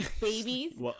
babies